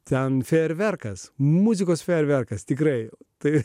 ten fejerverkas muzikos fejerverkas tikrai taip